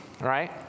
right